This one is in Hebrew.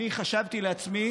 חשבתי לעצמי